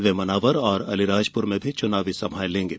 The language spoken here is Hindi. वे मनावर और अलीराजपुर में चुनावी सभाएं लेंगे